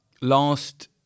last